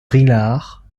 vrillard